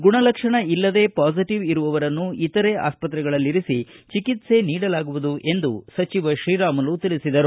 ಗುಣಲಕ್ಷಣ ಇಲ್ಲದೆ ಪಾಸಿಟಿವ್ ಇರುವವರನ್ನು ಇತರೆ ಆಸ್ತ್ರೆಗಳಲ್ಲಿರಿಸಿ ಚಿಕಿತ್ಸೆ ನೀಡಲಾಗುವುದು ಎಂದು ಸಚಿವ ಶ್ರೀರಾಮುಲು ಹೇಳಿದರು